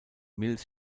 mills